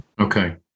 Okay